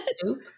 soup